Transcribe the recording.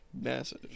Massive